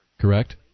Correct